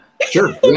Sure